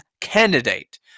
candidate